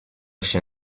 się